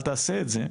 אל תעשה את זה,